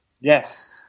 Yes